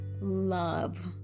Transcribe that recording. love